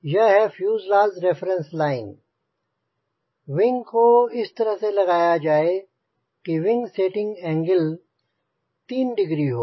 यह है fuselage reference line wing को इस तरह लगाया जाए कि विंग सेटिंग एंगल 3 डिग्री हो